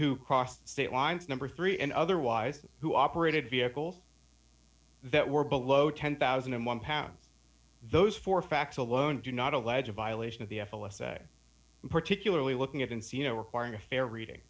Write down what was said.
who crossed state lines number three and otherwise who operated vehicles that were below ten thousand and one pound those four facts alone do not allege a violation of the f s a particularly looking at n c l requiring a fair reading